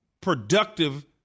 productive